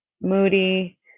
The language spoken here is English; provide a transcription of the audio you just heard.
moody